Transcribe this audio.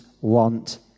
want